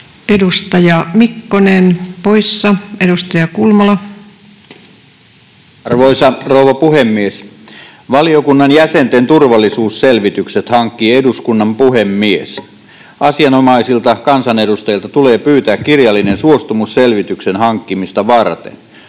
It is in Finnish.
muuttamisesta Time: 18:26 Content: Arvoisa rouva puhemies! Valiokunnan jäsenten turvallisuusselvitykset hankkii eduskunnan puhemies. Asianomaisilta kansanedustajilta tulee pyytää kirjallinen suostumus selvityksen hankkimista varten.